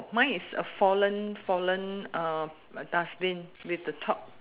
mine is a fallen fallen uh dustbin with the top